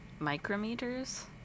micrometers